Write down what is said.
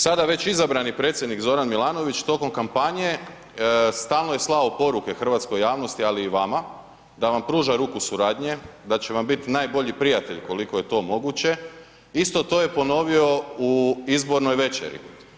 Sada već izabrani Predsjednik Zoran Milanović tokom kampanje stalno je slao poruke hrvatskoj javnosti ali i vama da vam pruža ruku suradnje, da će vam biti najbolji prijatelj koliko je to moguće, isto to je ponovio u izbornoj večeri.